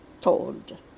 told